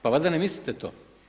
Pa valjda ne mislite to.